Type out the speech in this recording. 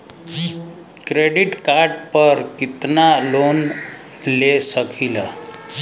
Credit card पर कितनालोन ले सकीला?